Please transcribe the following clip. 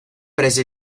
prese